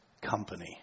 company